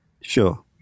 Sure